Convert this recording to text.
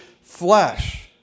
flesh